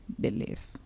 belief